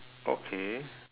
okay